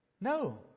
No